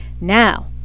Now